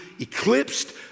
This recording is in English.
eclipsed